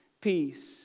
peace